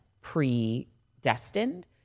predestined